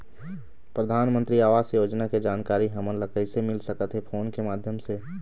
परधानमंतरी आवास योजना के जानकारी हमन ला कइसे मिल सकत हे, फोन के माध्यम से?